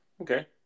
Okay